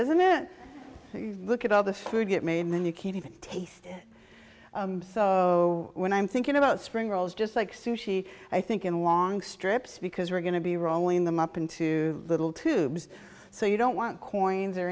isn't it look at all the food get made then you can't even taste so when i'm thinking about spring rolls just like sushi i think in the long strips because we're going to be rolling them up into little tubes so you don't want coins or